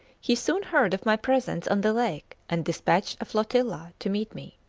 he soon heard of my presence on the lake and dispatched a flotilla to meet me.